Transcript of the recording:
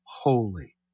Holy